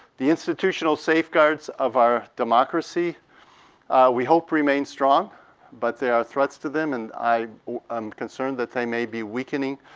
the institutional safeguards of our democracy we hope remain strong but there are threats to them and i am concerned that they may be weakening,